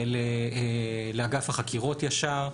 לאגף החקירות ישר.